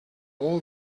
all